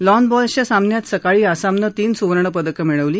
lawn बॉल्सच्या सामन्यात सकाळी आसामनं तीन सुवर्ण पदक मिळवली